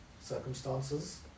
circumstances